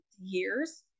years